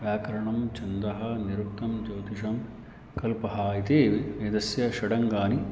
व्याकरणं छन्दः निरुक्तं ज्योतिषं कल्पः इति वेदस्य षडङ्गानि